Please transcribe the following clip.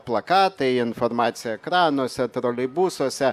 plakatai informacija ekranuose troleibusuose